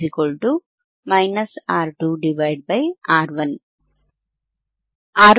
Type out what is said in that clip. R1 ನಿಂದ minus R 2 ಏಕೆ